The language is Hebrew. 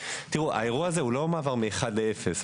האירוע הזה הוא לא מעבר מאחד לאפס.